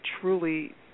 truly